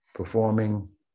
Performing